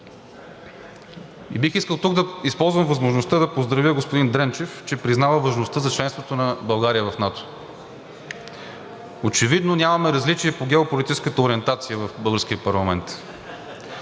Бих искал тук да използвам възможността да поздравя господин Дренчев, че признава важността за членството на България в НАТО. Очевидно нямаме различия по геополитическата ориентация в българския парламент